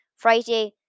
Friday